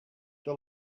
the